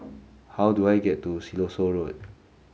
how do I get to Siloso Road